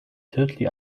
totally